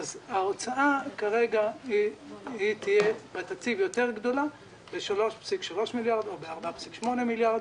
ההוצאה כרגע תהיה גדולה יותר בתקציב ב-3.3 מיליארד או ב-4.8 מיליארד,